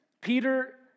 Peter